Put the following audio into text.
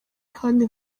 kandi